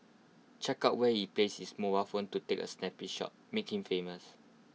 check out where he placed his mobile phone to take A sneaky shot make him famous